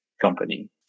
company